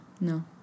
No